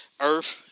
Earth